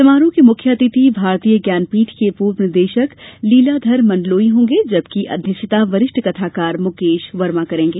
समारोह के मुख्य अतिथि भारतीय ज्ञानपीठ के पूर्व निदेशक लीलाधर मंडलोई होंगे जबकि अध्यक्षता वरिष्ठ कथाकार मुकेश वर्मा करेंगे